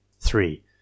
Three